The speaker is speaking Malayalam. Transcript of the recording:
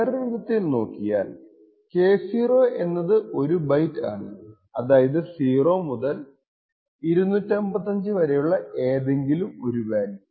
വേറൊരുവിധത്തിൽ നോക്കിയാൽ K0 എന്നത് ഒരു ബൈറ്റ് ആണ് അതായത് 0 മുതൽ 255 വരെയുള്ള ഏതെങ്കിലും ഒരു വാല്യൂ